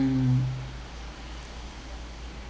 mm